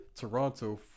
Toronto